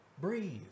breathe